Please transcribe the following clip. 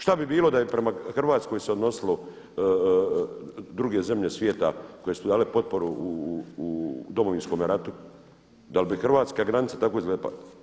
Šta bi bilo da je prema Hrvatskoj se odnosilo druge zemlje svijete koje su tu dale potporu u Domovinskom ratu, da li bi hrvatska granica tako izgledala?